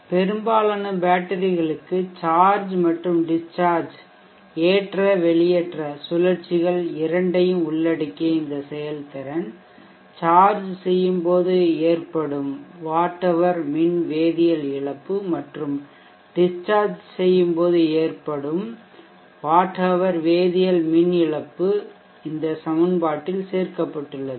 பெரும்பாலான பேட்டரிகளுக்கு சார்ஜ் மற்றும் டிஷ்சார்ஜ் ஏற்ற வெளியேற்ற சுழற்சிகள் இரண்டையும் உள்ளடக்கிய இந்த செயல்திறன் சார்ஜ் செய்யும்போது ஏற்ப்படும் வாட் ஹவர் மின் வேதியியல் இழப்பு மற்றும் டிஷ்சார்ஜ் செய்யும்போது ஏற்ப்படும் வாட் ஹவர் வேதியியல் மின் இழப்பு இந்த சமன்பாட்டில் சேர்க்கப்பட்டுள்ளது